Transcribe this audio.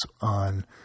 on